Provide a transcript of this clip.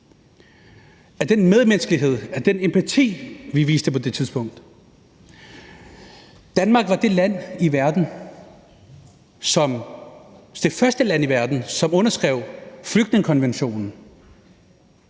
af den medmenneskelighed, af den empati, vi viste på det tidspunkt. Danmark var det første land i verden, som underskrev flygtningekonventionen.